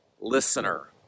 listener